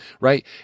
right